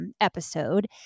episode